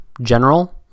general